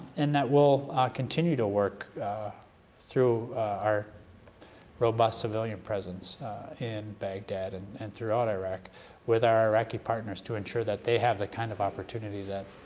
and that we'll continue to work through our robust civilian presence in baghdad and and throughout iraq with our iraqi partners to ensure that they have the kind of opportunity that